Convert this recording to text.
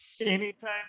Anytime